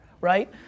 right